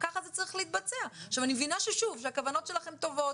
העליתי את הנושא הזה כהצעה לסדר כי ראיתי